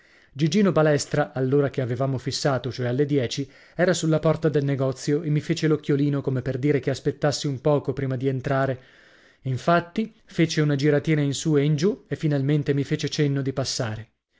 gigino balestra all'ora che avevamo fissato cioè alle dieci era sulla porta del negozio e mi fece l'occhiolino come per dire che aspettassi un poco prima di entrare infatti fece una giratina in su e in giù e finalmente mi fece cenno di passare